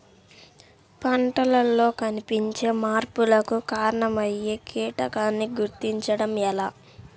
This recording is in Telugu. పంటలలో కనిపించే మార్పులకు కారణమయ్యే కీటకాన్ని గుర్తుంచటం ఎలా?